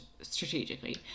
strategically